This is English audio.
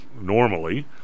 normally